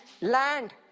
land